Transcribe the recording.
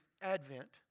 Advent